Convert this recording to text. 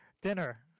Dinner